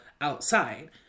outside